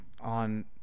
on